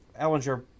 Ellinger